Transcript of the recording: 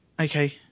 okay